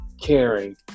caring